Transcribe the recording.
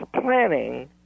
planning